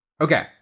Okay